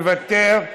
מוותר,